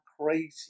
crazy